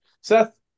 Seth